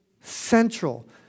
central